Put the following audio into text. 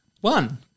One